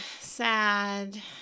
sad